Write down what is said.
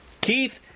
Keith